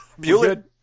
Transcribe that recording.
Bueller